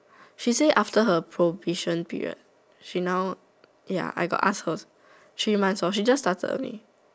she say after her probation period she now ya I got ask her three months lor she just started only